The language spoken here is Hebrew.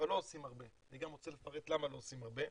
אבל לא עושים הרבה ואני רוצה לפרט למה לא עושים הרבה,